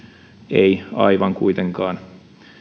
ei kuitenkaan